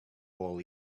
all